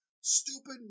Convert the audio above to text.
stupid